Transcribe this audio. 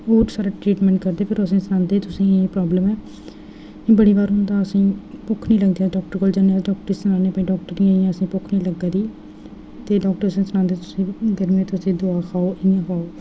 ओह् साढ़ा ट्रीटमेंट करदे असेंगी सनांदे कि असेंगी एह् प्राबल्म ऐ बड बार होंदा असेंगी भुक्ख नीं लगदी अस डाक्टर कोल जन्ने कि डाक्टर जी असेंगी इ'यां इ'यां प्राबल्म ऐ असेंगी भूख नी लगा दी ते डाक्टरस सनांदे कि तुसेंगी गर्मी ऐ एह् दवा खाओ